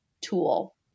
tool